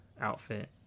outfit